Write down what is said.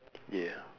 yeah